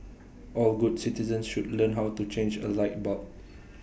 all good citizens should learn how to change A light bulb